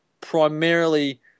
primarily